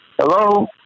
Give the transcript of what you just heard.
Hello